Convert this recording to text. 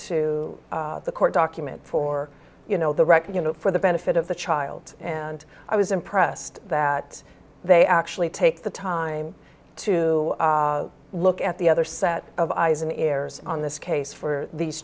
to the court documents for you know the record you know for the benefit of the child and i was a pressed that they actually take the time to look at the other set of eyes and ears on this case for these